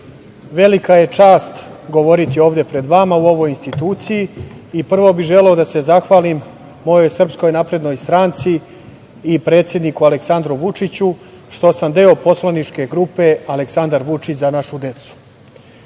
velika je čast govoriti ovde pred vama, u ovoj instituciji. Prvo bih želeo da se zahvalim mojih Srpskoj naprednoj stranci i predsedniku Aleksandru Vučiću što sam deo poslaničke grupe „Aleksandar Vučić – za našu